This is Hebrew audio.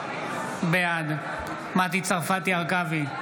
בעד מטי צרפתי הרכבי,